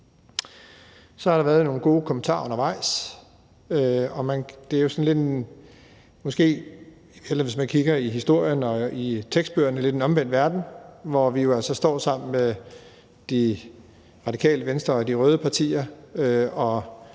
Så har der været nogle gode kommentarer undervejs, og det er jo måske, hvis man kigger i historien og i tekstbøgerne, lidt en omvendt verden, hvor vi jo altså står sammen med Radikale Venstre og de røde partier og